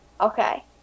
Okay